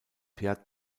pierre